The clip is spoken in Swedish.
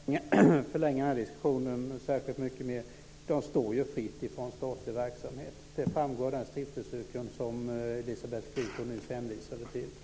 Herr talman! Jag ska inte förlänga den här diskussionen särskilt mycket mer, men de står ju fria från statlig verksamhet. Det framgår av de stiftelseurkunder som Elisabeth Fleetwood nyss hänvisade till.